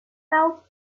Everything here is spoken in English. felt